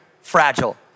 Fragile